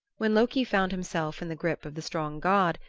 when loki found himself in the grip of the strong god,